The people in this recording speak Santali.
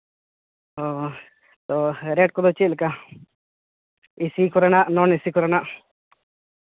ᱚ ᱨᱮᱴ ᱠᱚᱫᱚ ᱪᱮᱫ ᱞᱮᱠᱟ ᱮᱥᱤ ᱠᱚᱨᱮᱱᱟᱜ ᱱᱚᱱ ᱮᱥᱤ ᱠᱚᱨᱮᱱᱟᱜ